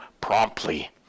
promptly